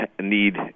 need